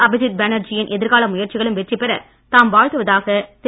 அபிஜித் பேனர்ஜியின் எதிர்கால முயற்சிகளும் வெற்றிபெற தாம் வாழ்த்துவதாக திரு